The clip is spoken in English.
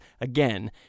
again